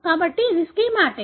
కాబట్టి ఇది స్కీమాటిక్